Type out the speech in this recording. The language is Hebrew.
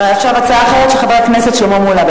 עכשיו הצעה אחרת של חבר הכנסת שלמה מולה.